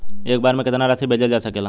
एक बार में केतना राशि भेजल जा सकेला?